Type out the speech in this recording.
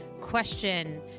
question